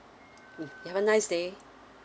mm have a nice day